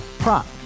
Prop